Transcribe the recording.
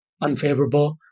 unfavorable